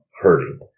hurting